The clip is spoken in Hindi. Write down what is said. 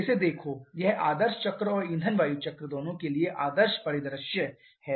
इसे देखो यह आदर्श चक्र और ईंधन वायु चक्र दोनों के लिए आदर्श परिदृश्य है